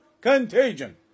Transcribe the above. contagion